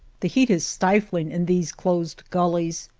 the heat is stifling in these closed guueys,